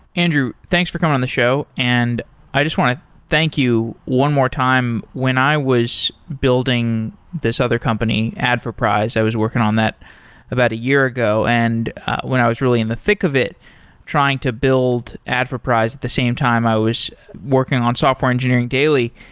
andrew, thanks for coming on the show, and i just want to thank you one more time. when i was building this other company, adforprize, i was working on that about a year ago. and when i was really in the thick of it trying to build adforprize, at the same time i was working on software engineering daily.